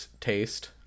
taste